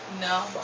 No